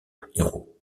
héros